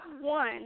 one